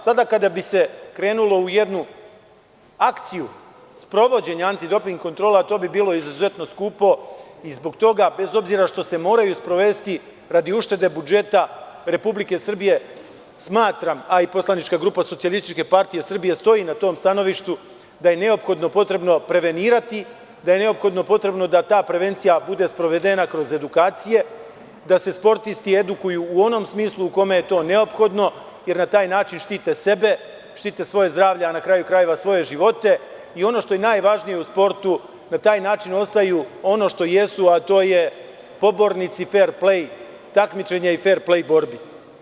Sada, kada bi se krenulo u jednu akciju sprovođenja anti doping kontrole, a to bi bilo izuzetno skupo, i zbog toga, bez obzira što se moraju sprovesti radi uštede budžeta Republike Srbije, smatram, a i poslanička grupa SPS stoji na tom stanovištu da je neophodno potrebno prevenirati, da je neophodno potrebno da ta prevencija bude sprovedena kroz edukacije, da se sportisti edukuju u onom smislu u kome je to neophodno jer na taj način štite sebe, štite svoje zdravlje a na kraju krajeva svoje živote i ono što je najvažnije u sportu na taj način ostaju ono što jesu, a to je pobornici fer-plej takmičenja i fer-plej borbi.